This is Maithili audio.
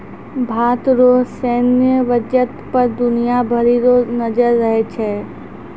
भारत रो सैन्य बजट पर दुनिया भरी रो नजर रहै छै